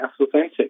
authentic